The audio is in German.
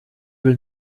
will